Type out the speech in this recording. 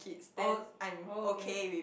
oh oh okay